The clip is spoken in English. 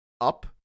up